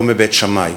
לא מבית שמאי.